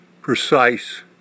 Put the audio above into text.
precise